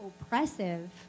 oppressive